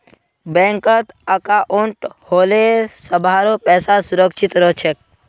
बैंकत अंकाउट होले सभारो पैसा सुरक्षित रह छेक